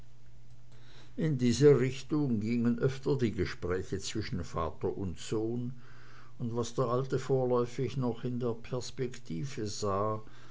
in dieser richtung gingen öfters die gespräche zwischen vater und sohn und was der alte vorläufig noch in der perspektive sah